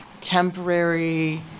temporary